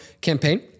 campaign